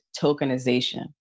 tokenization